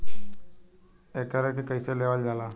एकरके कईसे लेवल जाला?